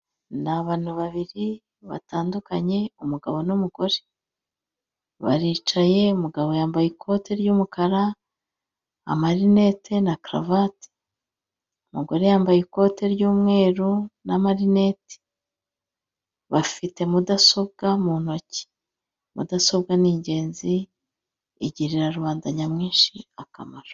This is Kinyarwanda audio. Ni abantu babiri batandukanye umugabo n'umugore, baricaye umugabo yambaye ikote ry'umukara amarinete na karuvati, umugore yambaye ikote ry'umweru n'amarinete, bafite mudasobwa mu ntoki. Mudasobwa ni ingenzi igirira rubanda nyamwinshi akamaro.